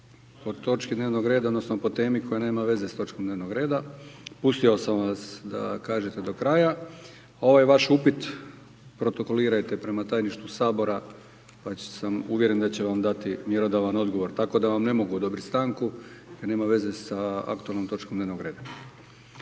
po točki dnevnog reda, odnosno po temi koja nema veze s točkom dnevnog reda. Pustio sam vas da kažete do kraja. Ovaj vaš upit protokolirajte prema Tajništvu Sabora pa sam uvjeren da će vam dati mjerodavan odgovor, tako da vam ne mogu odobriti stanku jer nema veze s aktualnom točkom dnevnog reda.